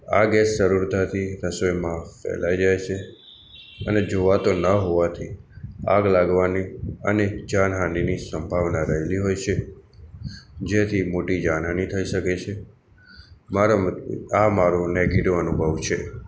આ ગૅસ સરળતાથી રસોઈમાં ફેલાઈ જાય છે અને જોવાતો ન હોવાથી આગ લાગવાની અને જાનહાનિની સંભાવના રહેલી હોય છે જેથી મોટી જાનહાનિ થઈ શકે છે મારા મતે આ મારો નૅગેટિવ અનુભવ છે